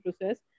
process